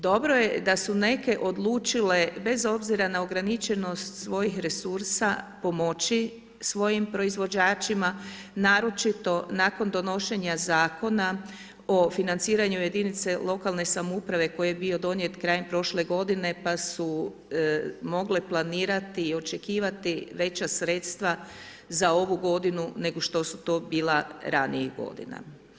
Dobro je da su neke odlučile bez obzira na ograničenost svojih resursa pomoći svojim proizvođačima, naročito nakon donošenja Zakona o financiranju jedinice lokalne samouprave koji je bio donijet krajem prošle godine pa su mogle planirati i očekivati veća sredstva za ovu godinu nego što su to bila ranijih godina.